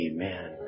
Amen